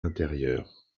intérieurs